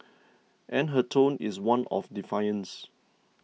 and her tone is one of defiance